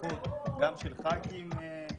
נוכחות גם של חברי כנסת מהוועדה,